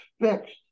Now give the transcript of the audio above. fixed